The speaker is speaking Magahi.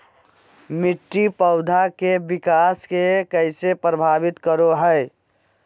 मिट्टी पौधा के विकास के कइसे प्रभावित करो हइ?